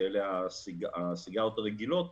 שאלו הסיגריות הרגילות,